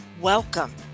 Welcome